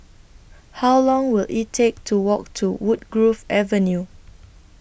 How Long Will IT Take to Walk to Woodgrove Avenue